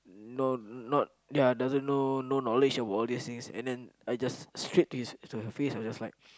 no not ya doesn't know know knowledge about all these things and then I just straight to his to her face I'm just like